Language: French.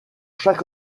chaque